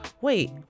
wait